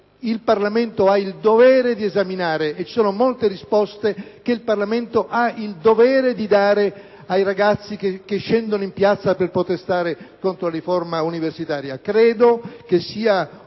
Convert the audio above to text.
il Parlamento ha il dovere di esaminare e ci sono molte risposte che il Parlamento ha il dovere di dare ai ragazzi che scendono in piazza per protestare contro la riforma universitaria. Ritengo sia un azzardo